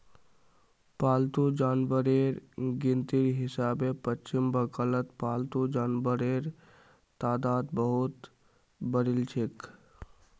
पालतू जानवरेर गिनतीर हिसाबे पश्चिम बंगालत पालतू जानवरेर तादाद बहुत बढ़िलछेक